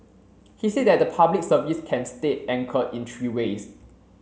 he said that the Public Service can stay anchored in three ways